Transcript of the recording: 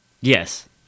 Yes